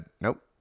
Nope